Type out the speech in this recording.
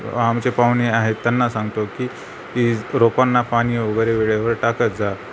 आमचे पाहुणे आहेत त्यांना सांगतो की ती रोपांना पाणीवगैरे वेळेवर टाकत जा